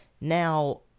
Now